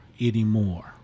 anymore